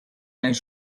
mijn